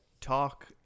talk